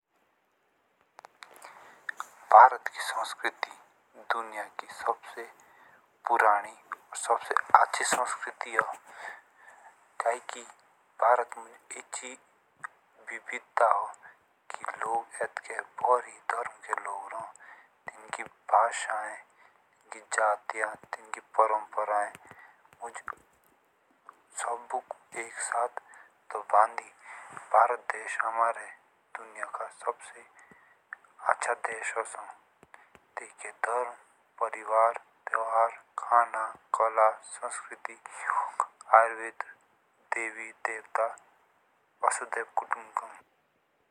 भारत की संस्कृति दुनिया की सबसे पुरानी और अच्छी संस्कृति औसो काय की। भारत मुझ विविधता हो की लोग आतके भारी धर्म के लोग रहो इनकी भाषाएँ इनकी जातियाँ इनकी परम्पराएँ मुझ सबबुक एक साथ दो भारी। भारत देश हमारे दुनिया के सबसे अच्छा देश ओसो ती के धर्म परिवार खाना कला संस्कृति योग आयुर्वेद देवी देवता वसुदेव कुटुंबकम्।